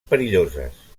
perilloses